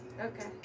Okay